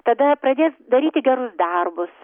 tada pradės daryti gerus darbus